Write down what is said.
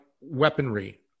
weaponry